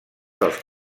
dels